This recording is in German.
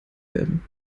werden